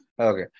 okay